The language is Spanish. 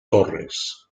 torres